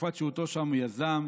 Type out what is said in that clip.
בתקופת שהותו שם יזם,